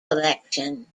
election